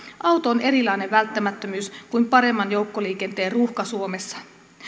auto on erilainen välttämättömyys kuin paremman joukkoliikenteen ruuhka suomessa